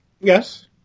Yes